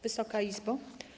Wysoka Izbo!